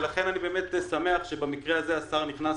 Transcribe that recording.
ולכן אני באמת שמח שבמקרה הזה השר נכנס